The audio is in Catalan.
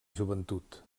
joventut